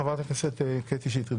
חברת הכנסת קטי שטרית.